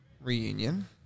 reunion